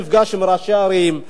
נפגש עם ראשי הערים,